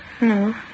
No